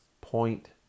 point